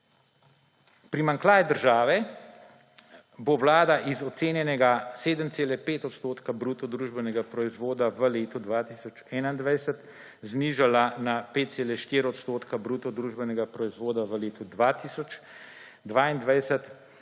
Primanjkljaj države bo Vlada z ocenjenega 7,5 odstotka bruto družbenega proizvoda v letu 2021 znižala na 5,4 odstotka bruto družbenega proizvoda v letu 2022